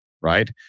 right